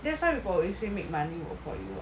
that's why people always say make money work for you [what]